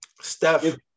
Steph